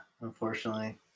unfortunately